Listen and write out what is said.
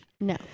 No